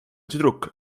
tüdruk